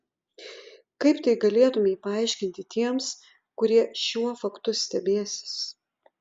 kaip tai galėtumei paaiškinti tiems kurie šiuo faktu stebėsis